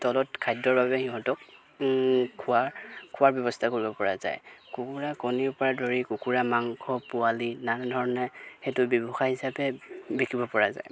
তলত খাদ্যৰ বাবে সিহঁতক খোৱাৰ খোৱাৰ ব্যৱস্থা কৰিব পৰা যায় কুকুৰা কণীৰপৰা দৰেই কুকুৰা মাংস পোৱালি নানান ধৰণে সেইটো ব্যৱসায় হিচাপে বিকিব পৰা যায়